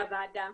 הוועדה.